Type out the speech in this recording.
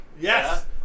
Yes